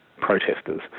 protesters